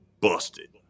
busted